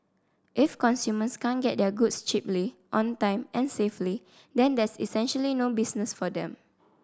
if consumers can't get their goods cheaply on time and safely then there's essentially no business for them